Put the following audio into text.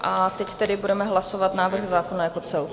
A teď tedy budeme hlasovat návrh zákona jako celku.